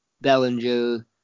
Bellinger